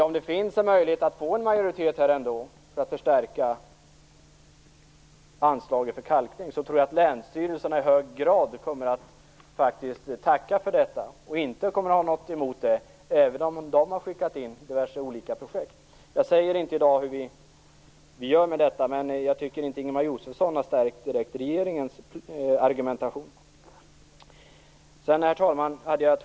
Om det finns en möjlighet att få en majoritet för att förstärka anslaget till kalkning, tror jag att länsstyrelserna i hög grad kommer att vara tacksamma för detta. De kommer inte att ha någonting emot det, även om de har skickat in förslag till diverse olika projekt. Jag säger inte i dag hur vi skall göra med detta, men jag tycker inte att Ingemar Josefsson direkt har stärkt regeringens argumentation. Jag hade två frågor, herr talman.